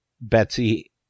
Betsy